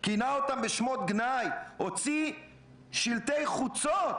כינה אותם בשמות גנאי, הוציא שלטי חוצות